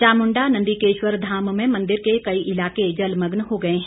चामुंडा नंदीकेश्वर धाम में मंदिर के कई इलाके जलमग्न हो गए हैं